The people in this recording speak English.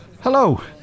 Hello